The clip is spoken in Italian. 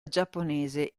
giapponese